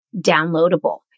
downloadable